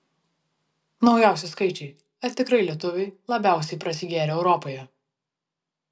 naujausi skaičiai ar tikrai lietuviai labiausiai prasigėrę europoje